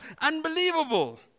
unbelievable